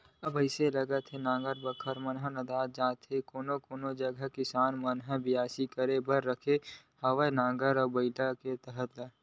अब अइसे लागथे नांगर बखर मन ह नंदात जात हे कोनो कोनो जगा किसान मन ह बियासी करे बर राखे हवय नांगर बइला ला ताहले